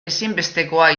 ezinbestekoa